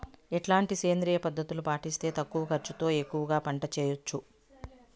ఎట్లాంటి సేంద్రియ పద్ధతులు పాటిస్తే తక్కువ ఖర్చు తో ఎక్కువగా పంట చేయొచ్చు?